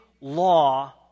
law